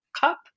cup